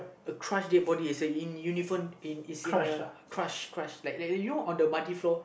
a crushed dead body it say in it's in a crush crush like like you know on the muddy floor